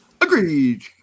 Agreed